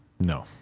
No